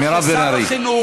מירב בן ארי.